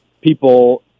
people